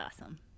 awesome